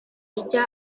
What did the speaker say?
ijya